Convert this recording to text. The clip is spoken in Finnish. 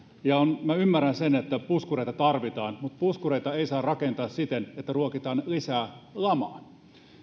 ymmärrän sen että puskureita tarvitaan mutta puskureita ei saa rakentaa siten että ruokitaan lisää lamaa